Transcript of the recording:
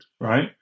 Right